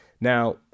Now